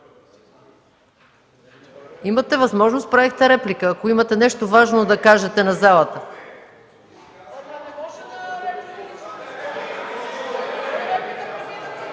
Имате възможност, правихте реплика, ако имате нещо важно да кажете на залата.